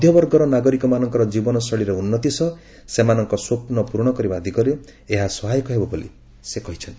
ମଧ୍ୟବର୍ଗର ନାଗରିକମାନଙ୍କର ଜୀବନଶୈଳୀରେ ଉନ୍ନତି ସହ ସେମାନଙ୍କ ସ୍ୱପ୍ନ ପୂରଣ କରିବା ଦିଗରେ ଏହା ସହାୟକ ହେବ ବୋଲି ସେ କହିଛନ୍ତି